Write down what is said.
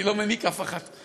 אני לא מניק אף אחת,